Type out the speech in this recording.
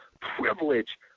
privilege